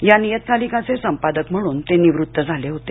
या नियतकालिकाचे संपादक म्हणून ते निवृत्त झाले होते